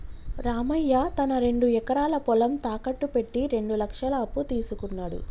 రామయ్య తన రెండు ఎకరాల పొలం తాకట్టు పెట్టి రెండు లక్షల అప్పు తీసుకున్నడు